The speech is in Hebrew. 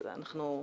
שוב,